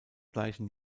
gleichen